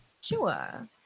sure